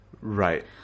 Right